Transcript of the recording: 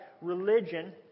religion